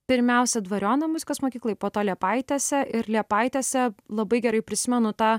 pirmiausia dvariono muzikos mokykloj po to liepaitėse ir liepaitėse labai gerai prisimenu tą